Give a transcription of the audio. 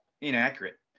inaccurate